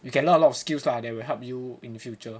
you can learn a lot of skills lah that will help you in the future